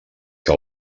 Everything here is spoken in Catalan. que